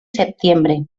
septiembre